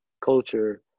culture